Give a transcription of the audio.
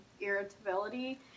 irritability